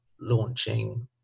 launching